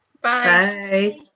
Bye